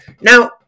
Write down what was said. Now